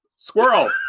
Squirrel